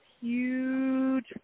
huge